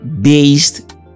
based